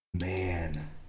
Man